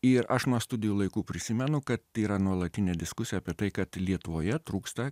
ir aš nuo studijų laikų prisimenu kad yra nuolatinė diskusija apie tai kad lietuvoje trūksta